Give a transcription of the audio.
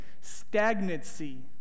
Stagnancy